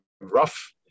rough